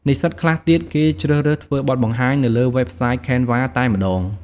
និស្សិតខ្លះទៀត គេជ្រើសរើសធ្វើបទបង្ហាញនៅលើវេបសាយ Canva តែម្ដង។